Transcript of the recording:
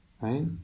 Right